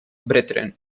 brethren